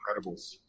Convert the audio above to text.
Incredibles